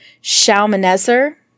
Shalmaneser